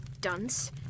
dunce